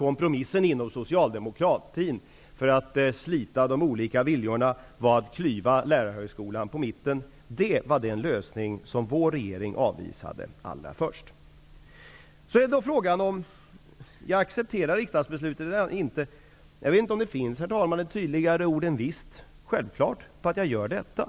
Kompromissen inom socialdemokratin, som kom till för att slita de olika viljorna, gick väl ut på att klyva Lärarhögskolan på mitten, Sören Lekberg. Det var den lösning som den nuvarande regeringen avvisade allra först. Så till frågan om huruvida jag accepterar riksdagsbeslutet eller inte. Jag vet inte om det finns ett tydligare ord än ''visst''. Det är självklart att jag accepterar detta.